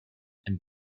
and